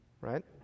right